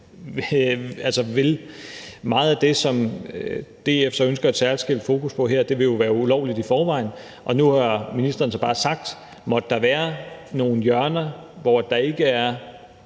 meget af det, som DF ønsker et særskilt fokus på her, være ulovligt i forvejen. Nu har ministeren så bare sagt, at måtte der være nogle hjørner, der ikke er